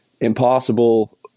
impossible